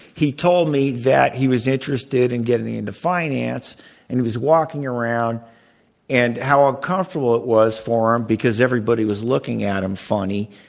he told me that he was interested in getting into finance and was walking around and how uncomfortable it was for him because everybody was looking at him funny.